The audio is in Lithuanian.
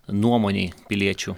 nuomonei piliečių